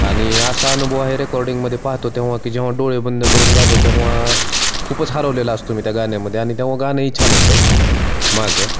आणि असा अनुभव ह्या रेकॉर्डिंगमध्ये पाहतो तेव्हा की जेव्हा डोळे बंद करून गातो तेव्हा खूपच हरवलेला असतो मी त्या गाण्यामध्ये आणि तेव्हा गाणंही छान होतं माझं